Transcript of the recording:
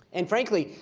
and frankly,